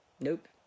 nope